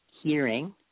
hearing